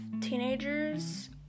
teenagers